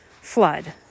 flood